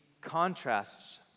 contrasts